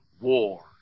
war